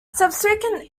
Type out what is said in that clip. subsequent